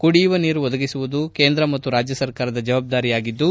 ಕುಡಿಯುವ ನೀರು ಒದಗಿಸುವುದು ಕೇಂದ್ರ ಮತ್ತು ರಾಜ್ಜ ಸರ್ಕಾರದ ಜವಾಬ್ದಾರಿಯಾಗಿದ್ದು